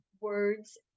Words